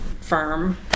firm